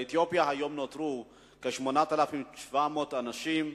באתיופיה היום נותרו כ-8,700 אנשים,